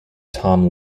tom